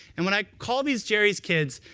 and what i call these jerry's kids,